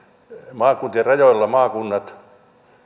maakuntien rajoilla maakuntien ja